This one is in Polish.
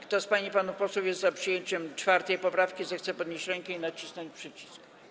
Kto z pań i panów posłów jest za przyjęciem 4. poprawki, zechce podnieść rękę i nacisnąć przycisk.